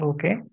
Okay